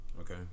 Okay